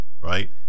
right